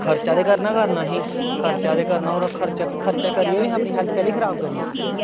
खर्चा ते करना गै करना असें खर्चा ते खरना होर खर्चा करियै गै असें अपनी हैल्थ कैहली खराब करनी